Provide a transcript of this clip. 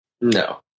no